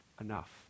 enough